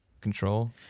control